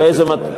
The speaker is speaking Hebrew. ועדת הכנסת תקבע.